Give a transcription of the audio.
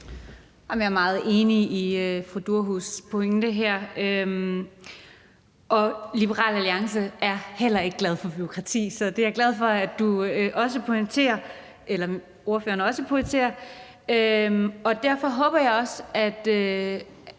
Jeg er meget enig i fru Maria Durhuus' pointe her. Liberal Alliance er heller ikke glad for bureaukrati, så det er jeg glad for at ordføreren også pointerer. Derfor håber jeg også, at